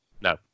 No